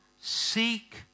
Seek